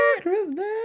Christmas